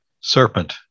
serpent